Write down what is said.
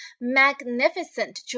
Magnificent